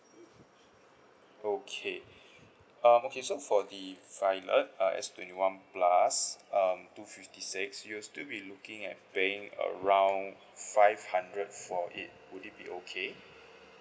okay um okay so for the violet uh S twenty one plus um two fifty six you will still be looking at paying around five hundred for it would it be okay